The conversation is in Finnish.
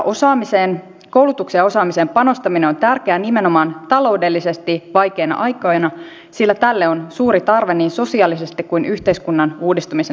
koulutukseen ja osaamiseen panostaminen on tärkeää nimenomaan taloudellisesti vaikeina aikoina sillä tälle on suuri tarve niin sosiaalisesti kuin myös yhteiskunnan uudistumisen näkökulmasta